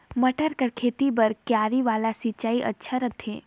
मटर के खेती बर क्यारी वाला सिंचाई अच्छा रथे?